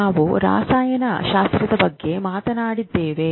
ನಾವು ರಸಾಯನಶಾಸ್ತ್ರದ ಬಗ್ಗೆ ಮಾತನಾಡಿದ್ದೇವೆ